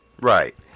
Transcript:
Right